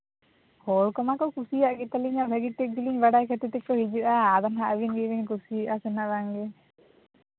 ᱦᱚᱲ ᱠᱚᱢᱟ ᱠᱚ ᱠᱩᱥᱤᱭᱟᱜ ᱜᱮᱛᱟᱞᱤᱧᱟᱹ ᱵᱷᱟᱜᱮ ᱴᱷᱤᱠ ᱜᱮᱞᱤᱧ ᱵᱟᱲᱟᱭ ᱠᱷᱟᱹᱛᱤᱨ ᱛᱮᱠᱚ ᱦᱤᱡᱩᱜᱼᱟ ᱟᱫᱚ ᱱᱟᱦᱟᱸᱜ ᱟᱹᱵᱤᱱ ᱜᱮᱵᱤᱱ ᱠᱩᱥᱤᱭᱟᱜᱼᱟ ᱥᱮ ᱦᱟᱸᱜ ᱵᱟᱝ ᱜᱮ